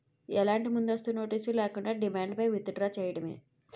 ఎలాంటి ముందస్తు నోటీస్ లేకుండా, డిమాండ్ పై విత్ డ్రా చేయడమే